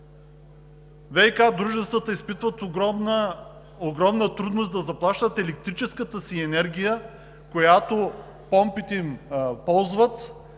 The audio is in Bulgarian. ВиК дружествата изпитват огромна трудност да заплащат електрическата си енергия, която помпите им ползват,